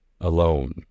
Alone